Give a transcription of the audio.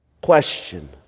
question